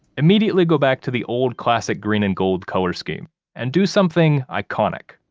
immediately go back to the old classic green and gold color scheme and do something iconic.